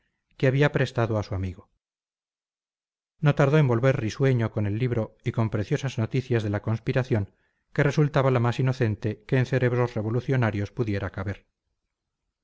prestado a su amigo no tardó en volver risueño con el libro y con preciosas noticias de la conspiración que resultaba la más inocente que en cerebros revolucionarios pudiera caber